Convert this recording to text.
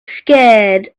scared